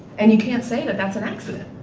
and you can't say that that's an accident,